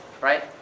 right